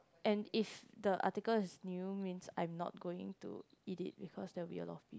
and if the article is new means I'm not going to eat it because there will be a lot of people